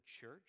church